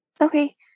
Okay